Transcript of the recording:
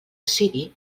ciri